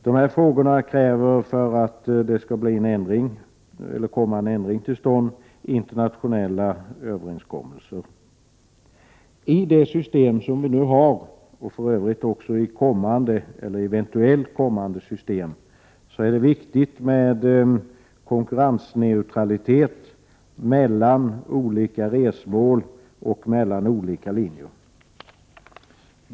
De här frågorna kräver, för att en ändring skall komma till stånd, internationella överenskommelser. I det system som vi nu har, och för övrigt även i eventuella kommande system, är det viktigt med konkurrensneutralitet mellan olika resmål och olika linjer.